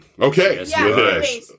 Okay